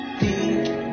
deep